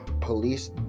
police